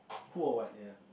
who or what ya